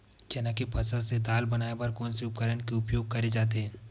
चना के फसल से दाल बनाये बर कोन से उपकरण के उपयोग करे जाथे?